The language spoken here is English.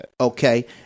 okay